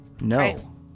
No